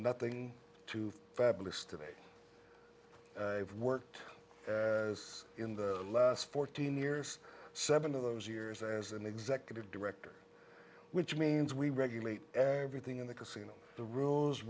nothing to fabulous today worked in the last fourteen years seven of those years as an executive director which means we regulate everything in the casino the rules